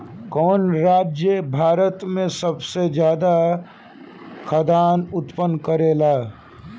कवन राज्य भारत में सबसे ज्यादा खाद्यान उत्पन्न करेला?